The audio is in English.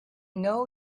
know